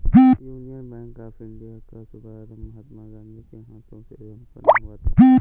union Bank of India का शुभारंभ महात्मा गांधी के हाथों से संपन्न हुआ था